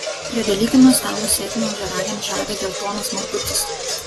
prie velykinio stalo sėkmę ožiaragiams žada geltonas margutis